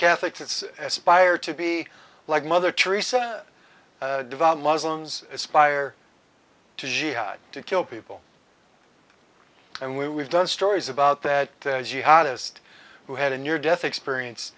to be like mother theresa devout muslims aspire to jihad to kill people and we've done stories about that as you hottest who had a near death experience